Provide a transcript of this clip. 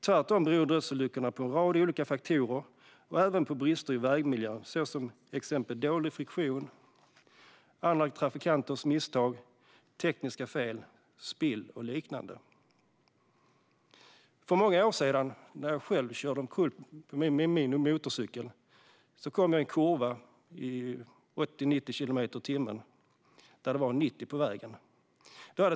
Tvärtom beror dödsolyckorna på en rad olika faktorer, och även på brister i vägmiljön såsom dålig friktion, andra trafikanters misstag, tekniska fel, spill och liknande. För många år sedan körde jag själv omkull med min motorcykel. Jag kom i en kurva i 80-90 kilometer i timmen på en 90-väg.